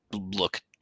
look